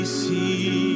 see